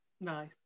nice